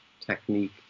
technique